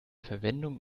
verwendung